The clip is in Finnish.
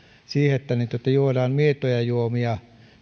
niin että juodaan mietoja juomia